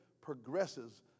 progresses